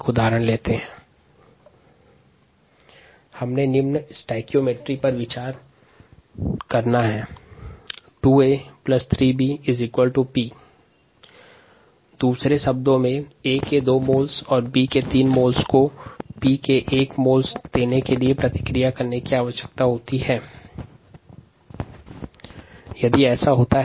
उदहारण स्वरुप निम्नलिखित स्टोइकोमेट्री या रससमीकरणमिति पर विचार करें 2A 3B → P उपरोक्त अभिक्रिया में A के 2 मोल्स और B के 3 मोल्स की आवश्यकता P के 1 मोल प्राप्त करने के लिए होती है